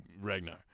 Ragnar